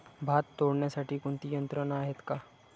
भात तोडण्यासाठी कोणती यंत्रणा आहेत का?